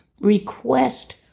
request